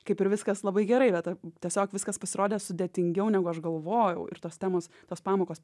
kaip ir viskas labai gerai bet tiesiog viskas pasirodė sudėtingiau negu aš galvojau ir tos temos tos pamokos